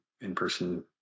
in-person